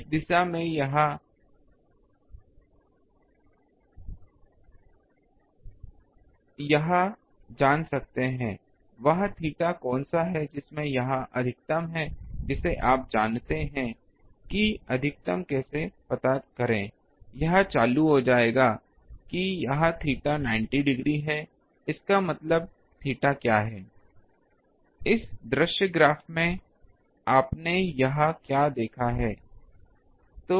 किस दिशा में यह q अधिकतम है आप यह जान सकते हैं कि वह थीटा कौन सा है जिसमें यह अधिकतम है जिसे आप जानते हैं कि अधिकतम कैसे पता करें यह चालू हो जाएगा कि यह थीटा 90 डिग्री है इसका मतलब थीटा क्या है इस दृश्य ग्राफ में आपने यहाँ क्या देखा है